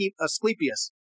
Asclepius